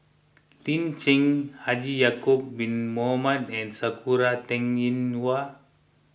Lin Chen Haji Ya'Acob Bin Mohamed and Sakura Teng Ying Hua